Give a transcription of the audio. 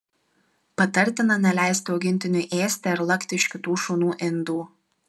patartina neleisti augintiniui ėsti ar lakti iš kitų šunų indų